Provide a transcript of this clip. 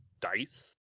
dice